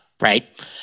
right